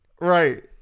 Right